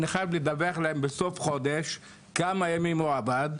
אני חייב לדווח להם בסוף חודש כמה ימים הוא עבד,